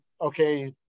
okay